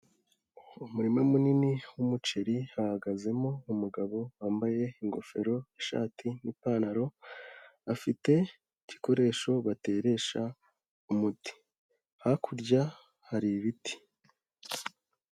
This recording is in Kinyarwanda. Umurima munini w'umuceri hahagazemo umugabo wambaye ingofero, ishati n'ipantaro; afite igikoresho bateresha umuti. Hakurya hari ibiti.